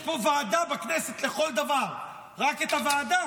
יש פה ועדה בכנסת לכל דבר, רק שאת הוועדה